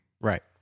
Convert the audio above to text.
Right